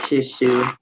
Tissue